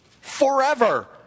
forever